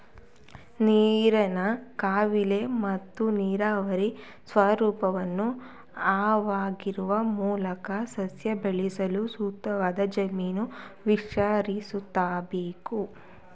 ನೀರಿನ ಕಾಲುವೆ ಮತ್ತು ನೀರಾವರಿ ಸ್ವರೂಪವನ್ನು ಅಗೆಯುವ ಮೂಲಕ ಸಸ್ಯ ಬೆಳೆಸಲು ಸೂಕ್ತವಾದ ಜಮೀನು ವಿಸ್ತರಿಸ್ಬೇಕು